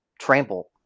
Trample